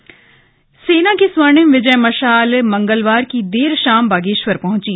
विजय मशाल सेना की स्वर्णिम विजय मशाल मंगलवार की देर शाम बागेश्वर पहंची